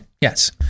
Yes